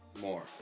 more